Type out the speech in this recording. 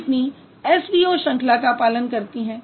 कितनी SVO श्रंखला का पालन करती हैं